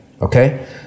Okay